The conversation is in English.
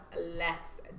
less